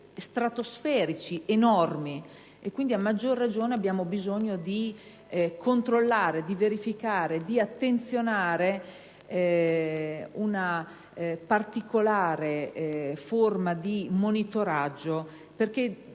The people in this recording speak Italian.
stratosferici, enormi, e quindi a maggior ragione abbiamo bisogno di controllare, di verificare, di attuare una particolare forma di monitoraggio, perché